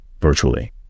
virtually